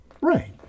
Right